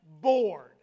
bored